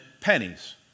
pennies